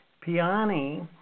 Piani